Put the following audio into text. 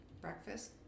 Breakfast